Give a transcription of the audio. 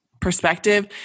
perspective